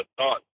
thought